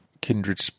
kindred